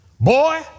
Boy